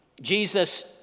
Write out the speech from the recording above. Jesus